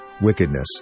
wickedness